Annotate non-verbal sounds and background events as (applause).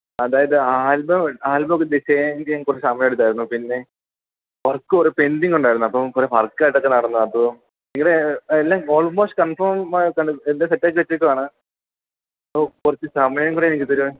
അതായത് album album design ചെയ്യാൻ കുറച്ച് സമയമെടുത്തായിരുന്നു പിന്നെ വർക്ക് കുറേ പെൻഡിങ്ങ് ഉണ്ടായിരുന്നു അപ്പം കുറേ വർക്ക് ആയിട്ടൊക്കെ നടന്നു അപ്പോൾ നിങ്ങളുടെ എല്ലാം ഓൾമോസ്റ്റ് കൺഫോം (unintelligible) എല്ലാം സെറ്റ് ചെയ്ത് വച്ചേക്കുവാണ് അപ്പം കുറച്ച് സമയം കൂടി എനിക്കു തരുമോ